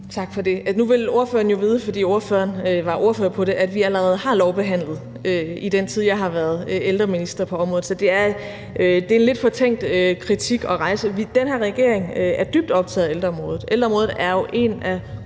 Tak for det. Altså, nu vil ordføreren jo vide – fordi ordføreren var ordfører på det – at vi allerede har lovbehandlet på området i den tid, jeg har været ældreminister, så det er en lidt fortænkt kritik at rejse. Den her regering er dybt optaget af ældreområdet. Ældreområdet er jo en af